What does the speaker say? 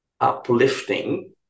uplifting